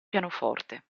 pianoforte